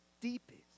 deepest